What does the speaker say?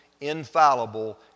infallible